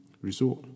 resort